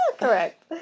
Correct